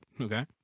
okay